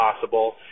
possible